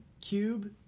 cube